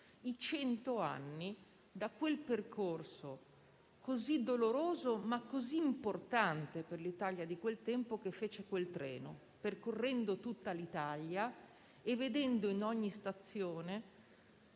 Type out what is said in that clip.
i cento anni da quel percorso così doloroso, ma così importante per l'Italia di quel tempo, che fece quel treno, percorrendo tutto il Paese con decine,